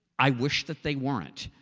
i wish that they weren't.